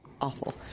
Awful